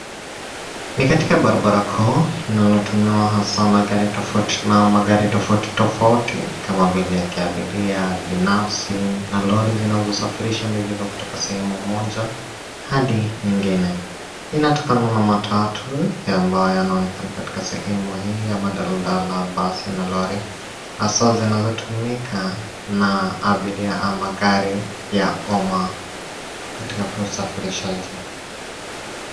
Ni katika barabara kuu linalotumiwa hasa na gari tofauti na magari tofauti tofauti kama vile ya abiria, ya binafsi na lori zinazosafirisha mizigo kutoka sehemu moja hadi nyingine. Inatokana na matatu ambayo inaonekana katika sehemu hii, ama daladala, basi na Lori hasa zinazotumika na abiria ama gari ya umma katika usafirishaji.